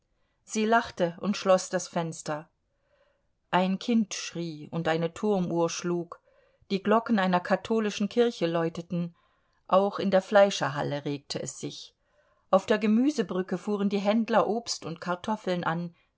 sie lachte und schloß das fenster ein kind schrie und eine turmuhr schlug die glocken einer katholischen kirche läuteten auch in der fleischerhalle regte es sich auf der gemüsebrücke fuhren die händler obst und kartoffeln an